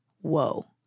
whoa